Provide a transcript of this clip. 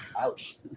ouch